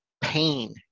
pain